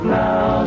now